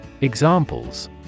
Examples